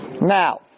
Now